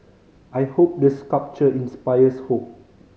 I hope the sculpture inspires hope